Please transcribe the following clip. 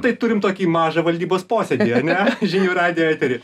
tai turim tokį mažą valdybos posėdį ane žinių radijo etery